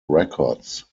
records